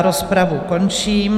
Rozpravu končím.